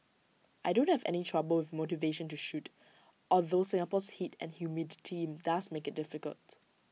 I don't have any trouble with motivation to shoot although Singapore's heat and humidity does make IT difficult